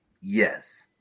Yes